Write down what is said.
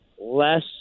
less